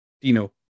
Dino